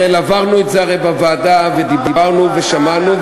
הרי בשביל מה אני הולך לשם לבקר.